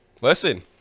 Listen